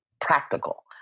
practical